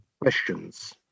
questions